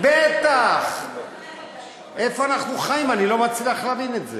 בטח איפה אנחנו חיים, אני לא מצליח להבין את זה.